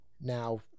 Now